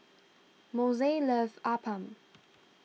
Moshe loves Appam